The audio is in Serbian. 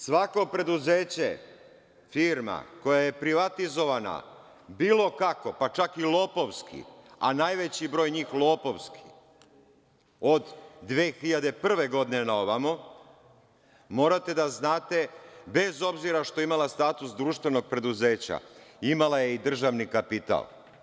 Svako preduzeće, firma, koja je privatizovana bilo kako, pa čak i lopovski, a najveći broj njih lopovski, od 2001. godine pa na ovamo, morate da znate, bez obzira što je imala status društvenog preduzeća, imala je i državni kapital.